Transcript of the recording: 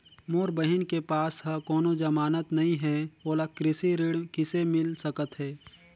मोर बहिन के पास ह कोनो जमानत नहीं हे, ओला कृषि ऋण किसे मिल सकत हे?